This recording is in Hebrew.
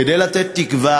כדי לתת תקווה